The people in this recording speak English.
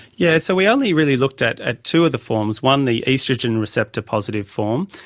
yes, so we only really looked at at two of the forms, one the oestrogen receptor positive form,